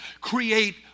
create